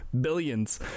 billions